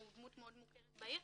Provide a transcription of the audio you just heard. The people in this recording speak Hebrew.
הוא דמות מאוד מוכרת לטובה בעיר.